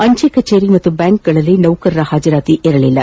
ಅಂಚೆ ಕಚೇರಿ ಹಾಗೂ ಬ್ಯಾಂಕ್ ಗಳಲ್ಲಿ ನೌಕರರ ಹಾಜರಾತಿ ಇರಲಿಲ್ಲ